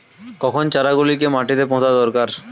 কখন চারা গুলিকে মাটিতে পোঁতা দরকার?